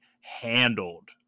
handled